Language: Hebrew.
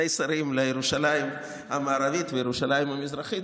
שרים: לירושלים המערבית ולירושלים המזרחית.